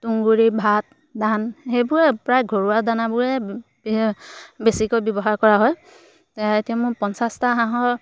তুঁহগুৰি ভাত ধান সেইবোৰে প্ৰায় ঘৰুৱা দানাবোৰে বে বেছিকৈ ব্যৱহাৰ কৰা হয় এতিয়া মোৰ পঞ্চাছটা হাঁহৰ